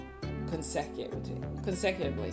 consecutively